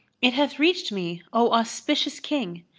it hath reached me, o auspicious king,